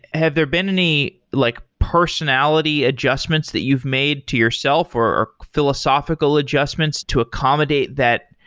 have there been any like personality adjustments that you've made to yourself or philosophical adjustments to accommodate that?